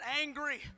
angry